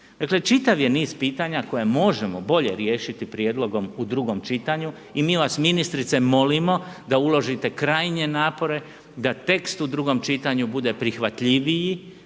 Dakle, čitav je niz pitanja koje može boje riješiti prijedlogom drugom čitanju i mi vas ministrice, molimo da uložite krajnje napore da tekst u drugom čitanju bude prihvatljiviji,